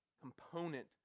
component